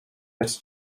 bez